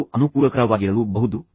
ಅದು ಅನುಕೂಲಕರವಾಗಿರಲೂಬಹು